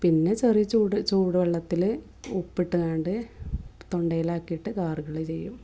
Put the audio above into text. പിന്നെ ചെറിയ ചൂട് ചൂട് വെള്ളത്തിൽ ഉപ്പിട്ടങ്ങാണ്ട് തൊണ്ടയിലാക്കിയിട്ട് ഗാർഗിൾ ചെയ്യും